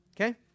Okay